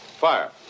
Fire